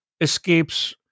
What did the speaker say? escapes